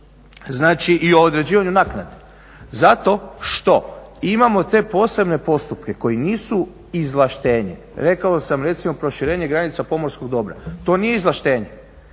znači i o određivanju naknade, zato što imamo te posebne postupke koji nisu izvlaštenje. Rekao sam recimo proširenje granica pomorskog dobra, to nije izvlaštenje